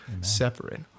separate